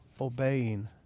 obeying